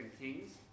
Kings